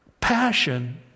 passion